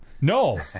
no